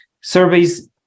surveys